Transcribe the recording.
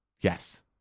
Yes